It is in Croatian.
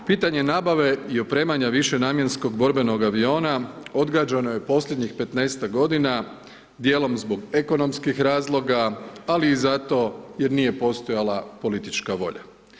Pitanje nabave i opremanje višenamjenskog borbenog aviona, odgađano je posljednjih 15-tak godina, dijelom zbog ekonomskih razloga, ali i zato jer nije postojala politička volja.